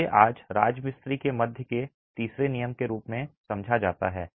इसे आज राजमिस्त्री के मध्य के तीसरे नियम के रूप में समझा जाता है